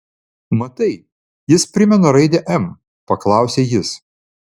matai jis primena raidę m paklausė jis